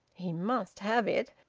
he must have it.